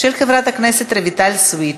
של חברת הכנסת רויטל סויד.